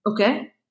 Okay